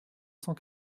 cent